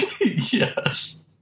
Yes